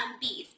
bees